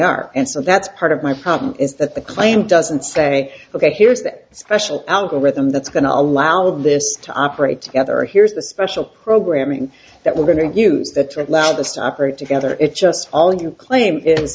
are and so that's part of my problem is that the claim doesn't say ok here's that special algorithm that's going to allow this to operate together here's the special programming that we're going to use the loudest operate together it's just all you claim is